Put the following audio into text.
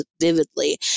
vividly